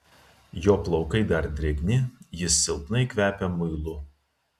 jo plaukai dar drėgni jis silpnai kvepia muilu